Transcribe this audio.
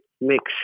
mix